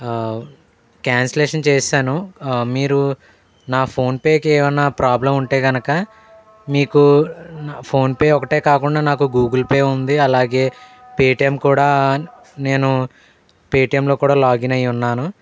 cancellation చేసాను మీరు నా ఫోన్పే ఏమన్నా ప్రాబ్లం ఉంటే కనుక మీకు ఫోన్పే ఒకటే కాకుండా నాకు గూగుల్ పే ఉంది అలాగే పేటీఎం కూడా నేను పేటీఎంలో కూడా లాగిన్ అయి ఉన్నాను